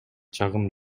чагым